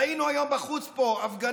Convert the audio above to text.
ראינו פה היום בחוץ הפגנה